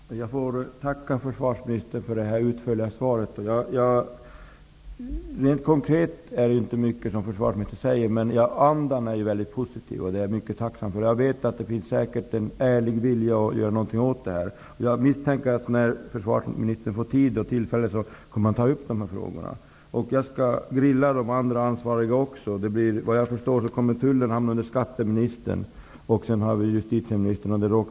Herr talman! Jag får tacka försvarsministern för det här utförliga svaret. Rent konkret säger försvarsministern inte mycket. Andan är emellertid väldigt positiv, och det är jag mycket tacksam för. Jag vet att det säkert finns en ärlig vilja att göra någontinga åt det här. Jag tror att när försvarsministern får tid och tillfälle så kommer han att ta upp dessa frågor. Jag skall även grilla de andra ansvariga. Såvitt jag förstår hör tullfrågorna till skatteministerns område. Justitieministern blir också aktuell.